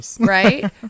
right